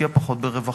השקיעה פחות ברווחה,